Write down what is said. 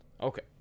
Okay